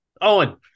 Owen